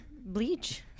bleach